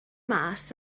mas